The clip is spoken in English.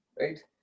right